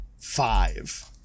Five